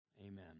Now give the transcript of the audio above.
Amen